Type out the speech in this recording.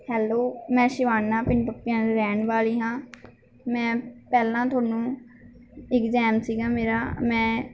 hello ਮੈਂ ਸ਼ਿਵਾਨਾ ਪਿੰਡ ਬੱਪੀਆਂ ਰਹਿਣ ਵਾਲੀ ਹਾਂ ਮੈਂ ਪਹਿਲਾਂ ਤੁਹਾਨੂੰ ਇਗਜ਼ਾਮ ਸੀਗਾ ਮੇਰਾ ਮੈਂ